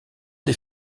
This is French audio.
des